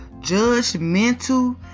judgmental